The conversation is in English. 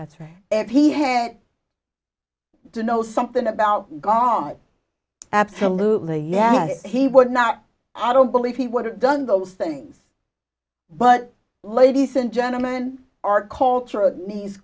that's right if he had to know something about gone absolutely yes he would not i don't believe he would have done those things but ladies and gentleman our culture